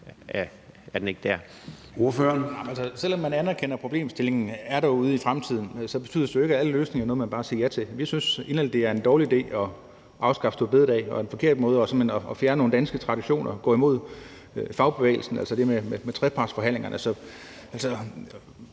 Selv om man anerkender, at problemstillingen er derude i fremtiden, så betyder det jo ikke, at alle løsninger er nogle, man bare siger ja til. Vi synes inderligt, at det er en dårlig idé at afskaffe store bededag; det er simpelt hen en forkert måde at fjerne nogle danske traditioner og gå imod fagbevægelsen på, altså det med trepartsforhandlingerne.